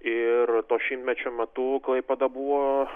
ir to šimtmečio metu klaipėda buvo